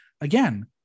Again